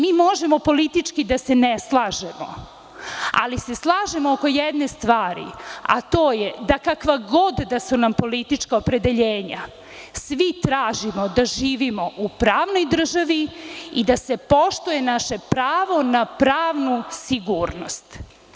Mi možemo politički da se ne slažemo, ali se slažemo oko jedne stvari, a to je da, kakva god da su nam politička opredeljenja, svi tražimo da živimo u pravnoj državi i da se poštuje naše pravo na pravnu sigurnost.